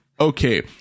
Okay